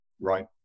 Right